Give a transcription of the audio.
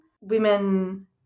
women